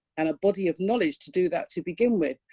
and a body of knowledge to do that to begin with.